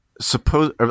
suppose